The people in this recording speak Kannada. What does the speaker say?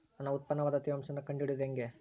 ನನ್ನ ಉತ್ಪನ್ನದ ತೇವಾಂಶ ಕಂಡು ಹಿಡಿಯುವುದು ಹೇಗೆ?